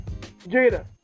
Jada